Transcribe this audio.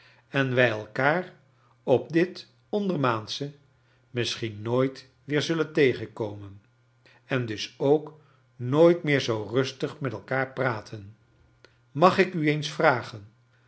en wij elkaar op dit ondermaansche misschien nooit weer zullen tegenkomen en dag ook nooit meer zoo rustig met elkaar praten mag ik u eens vragen